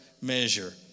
measure